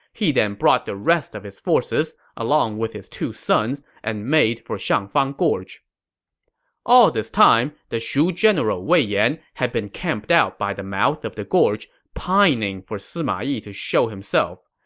he then brought the rest of his forces, along with his two sons, and made for shangfang gorge all this time, the shu general wei yan had been camped out by the mouth of the gorge, pining for sima yi to show himself.